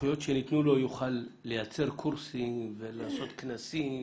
בסמכויות שניתנו לו יוכל לייצר קורסים ולעשות כנסים.